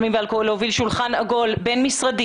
סמים ואלכוהול להוביל שולחן עגול בין-משרדי